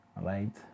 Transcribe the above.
right